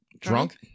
Drunk